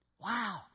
Wow